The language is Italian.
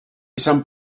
san